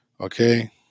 okay